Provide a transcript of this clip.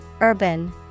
Urban